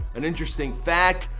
and interesting fact,